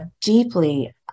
deeply